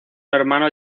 hermano